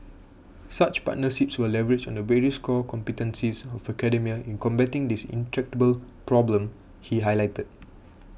such partnerships will leverage on the various core competencies of academia in combating this intractable problem he highlighted